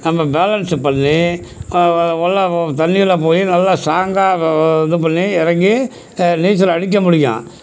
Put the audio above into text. நம்ம பேலன்ஸ பண்ணி உள்ளே தண்ணியில் போய் நல்லா ஸ்ட்ராங்காக இது பண்ணி இறங்கி நீச்சல் அடிக்க முடியும்